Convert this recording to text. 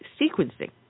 sequencing